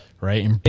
right